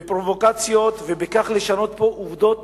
בפרובוקציות, ובכך לשנות פה עובדות